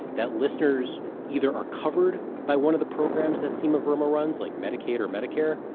that listeners either are covered by one of the programs that seem of roma runs like medicaid or medicare,